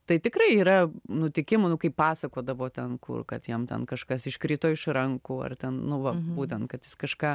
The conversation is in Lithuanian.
tai tikrai yra nutikimų nu kai pasakodavo ten kur kad jam ten kažkas iškrito iš rankų ar ten nu va būtent kad jis kažką